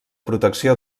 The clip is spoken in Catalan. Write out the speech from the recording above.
protecció